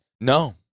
No